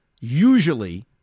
usually